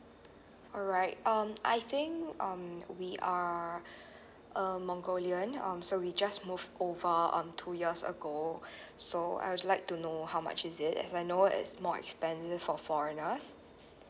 alright um I think um we are um mongolian um so we just move over um two years ago so I would like to know how much is it as I know it's more expensive for foreigners